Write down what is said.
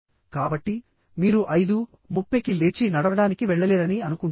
కాబట్టి మీరు 530 కి లేచి నడవడానికి వెళ్ళలేరని అనుకుంటే